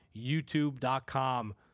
YouTube.com